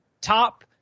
top